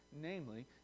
namely